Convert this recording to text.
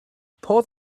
part